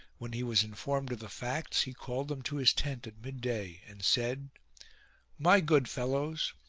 when he was informed of the facts, he called them to his tent at midday and said my good fellows,